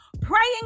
praying